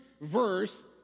verse